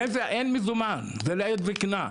פנסיה אין מזומן, זה לעת זקנה.